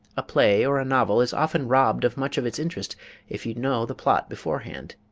a play or a novel is often robbed of much of its interest if you know the plot beforehand.